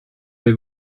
dei